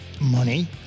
money